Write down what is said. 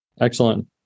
Excellent